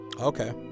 okay